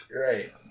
Right